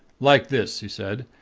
like this he said.